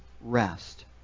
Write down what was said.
rest